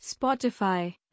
Spotify